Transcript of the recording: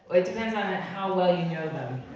it depends on ah how well you